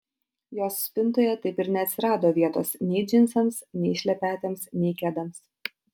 jos spintoje taip ir neatsirado vietos nei džinsams nei šlepetėms nei kedams